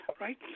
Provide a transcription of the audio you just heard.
right